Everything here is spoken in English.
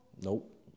Nope